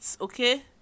Okay